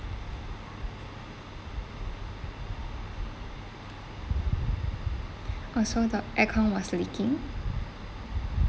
also the aircon was leaking